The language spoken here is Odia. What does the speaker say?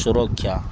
ସୁରକ୍ଷା